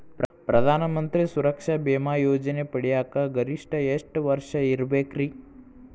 ಪ್ರಧಾನ ಮಂತ್ರಿ ಸುರಕ್ಷಾ ಭೇಮಾ ಯೋಜನೆ ಪಡಿಯಾಕ್ ಗರಿಷ್ಠ ಎಷ್ಟ ವರ್ಷ ಇರ್ಬೇಕ್ರಿ?